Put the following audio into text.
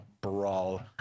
Brawl